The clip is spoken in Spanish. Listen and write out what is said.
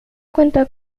cuenta